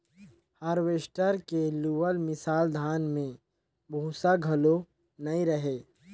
harvester के लुअल मिसल धान में भूसा घलो नई रहें